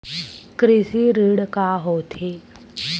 कृषि ऋण का होथे?